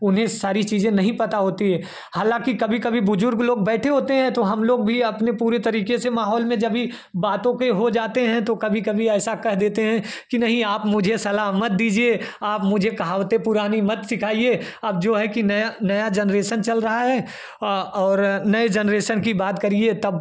उन्हें सारी चीज़ें नहीं पता होती हैं हालाँकि कभी कभी बुज़ुर्ग लोग बैठे होते हैं तो हम लोग भी अपने पूरी तरीके से माहौल में जब ही बातों के हो जाते हैं तो कभी कभी ऐसा कह देते हैं कि नहीं आप मुझे सलाह मत दीजिए आप मुझे कहावतें पुरानी मत सिखाइएं अब जो है कि नया नया जनरेसन चल रहा है और नए जनरेसन की बात करिए तब